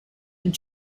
and